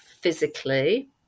physically